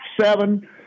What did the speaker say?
seven